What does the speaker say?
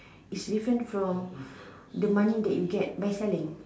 is different from the money that you get by selling